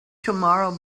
tomorrow